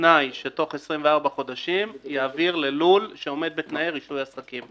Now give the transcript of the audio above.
ובתנאי שתוך 24 חודשים יעביר ללול שעומד בתנאיי רישוי העסקים.